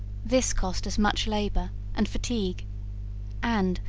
this cost us much labour and fatigue and,